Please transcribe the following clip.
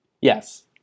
Yes